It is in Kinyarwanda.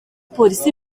polisi